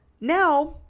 Now